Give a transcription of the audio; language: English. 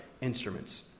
instruments